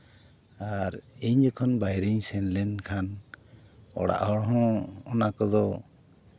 ᱟᱨ ᱤᱧ ᱡᱚᱠᱷᱚᱱ ᱵᱟᱭᱨᱮᱧ ᱥᱮᱱ ᱞᱮᱱᱠᱷᱟᱱ ᱚᱲᱟᱜ ᱦᱚᱲᱦᱚᱸ ᱚᱱᱟ ᱠᱚᱫᱚ